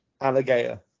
Alligator